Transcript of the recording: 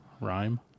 rhyme